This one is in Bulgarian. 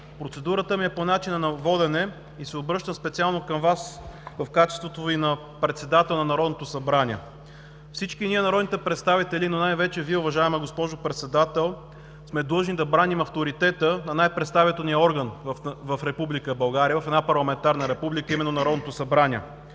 Процедурата ми е по начина на водене. Обръщам се специално към Вас в качеството Ви на председател на Народното събрание. Всички ние, народните представители, но най-вече Вие, уважаема госпожо Председател, сме длъжни да браним авторитета на най-представителния орган в Република България, в една парламентарна република, а именно Народното събрание.